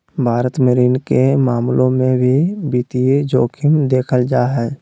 भारत मे ऋण के मामलों मे भी वित्तीय जोखिम देखल जा हय